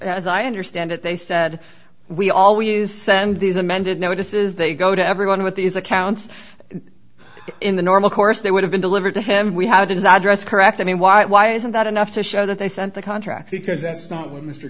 as i understand it they said we always send these amended notices they go to everyone with these accounts in the normal course they would have been delivered to him we had his address correct i mean why why isn't that enough to show that they sent the contract because that's not what mr